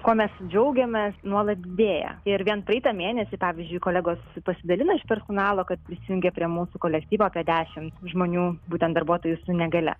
kuo mes džiaugiamės nuolat didėja ir vien praeitą mėnesį pavyzdžiui kolegos pasidalina iš personalo kad prisijungė prie mūsų kolektyvo apie dešim žmonių būtent darbuotojų su negalia